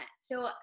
So-